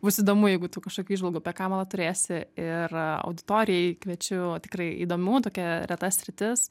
bus įdomu jeigu tu kažkokių įžvalgų apie kamalą turėsi ir auditorijai kviečiu tikrai įdomių tokia reta sritis